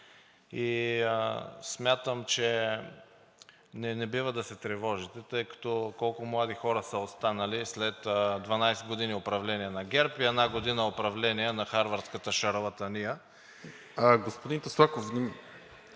Смятам, че не бива да се тревожите, тъй като колко млади хора са останали след 12 години управление на ГЕРБ и една година управление на харвардската шарлатания. (Шум и реплики